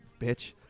Bitch